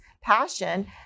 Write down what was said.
passion